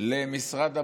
למשרד המורשת.